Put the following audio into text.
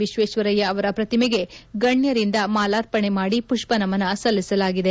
ವಿಶ್ವೇಶ್ವರಯ್ಯ ಅವರ ಪ್ರತಿಮೆಗೆ ಗಣ್ಹರಿಂದ ಮಾಲಾರ್ಪಣೆ ಮಾಡಿ ಪುಪ್ವ ನಮನ ಸಲ್ಲಿಸಲಾಗಿತ್ತು